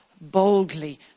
boldly